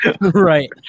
Right